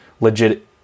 legit